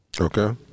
Okay